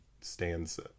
stands